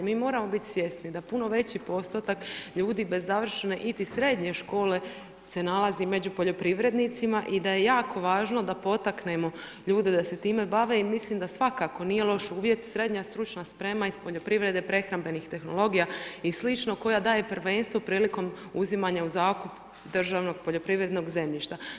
Mi moramo bit svjesni da puno veći postotak ljudi bez završene iti srednje škole se nalazi među poljoprivrednicima i da je jako važno da potaknemo ljude da se time bave i mislim da svakako nije loš uvjet srednja stručna sprema iz poljoprivrede, prehrambenih tehnologija i slično koja daje prvenstvo prilikom uzimanja u zakup državnog poljoprivrednog zemljišta.